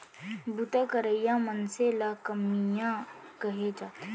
बूता करइया मनसे ल कमियां कहे जाथे